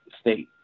state